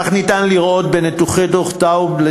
כך אפשר לראות בניתוחי דוח טאוב,